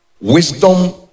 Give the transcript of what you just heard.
wisdom